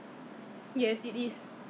what but 我 member for